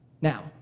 Now